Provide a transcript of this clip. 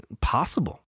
possible